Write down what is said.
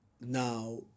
now